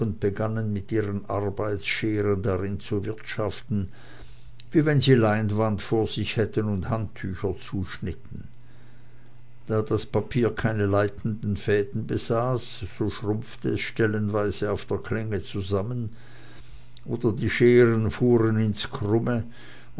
begannen mit ihren arbeitsscheren darin zu wirtschaften wie wenn sie leinwand vor sich hätten und handtücher zuschnitten da das papier keine leitenden fäden besaß so schrumpfte es stellenweise auf der klinge zusammen oder die scheren fuhren ins krumme